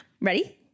Ready